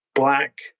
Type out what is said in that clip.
black